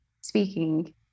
speaking